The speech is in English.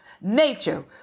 Nature